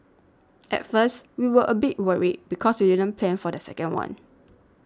at first we were a bit worried because we didn't plan for the second one